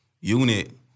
unit